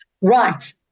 Right